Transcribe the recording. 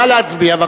נא להצביע.